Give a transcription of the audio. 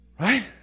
Right